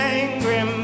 angry